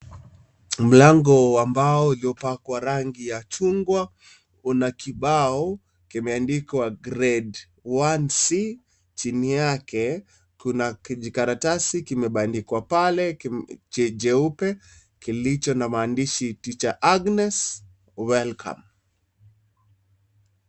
Mlango wa mbao uliopakwa rangi ya chungwa una kibao kimeandikwa grade 1 c chini yake kuna kijikaratasi kimebandikwa pale jeupe kilicho na maandishi teacher Agnes welcome .